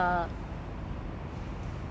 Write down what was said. no no no no no